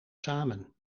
samen